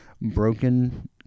broken